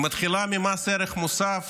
היא מתחילה ממס ערך מוסף